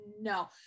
no